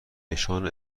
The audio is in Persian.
نشان